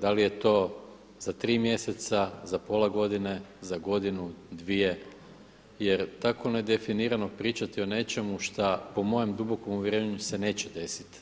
Da li je to za tri mjeseca, za pola godine, za godinu, dvije jer tako nedefinirano pričati o nečemu šta po mojem dubokom uvjerenju se neće desiti,